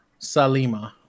Salima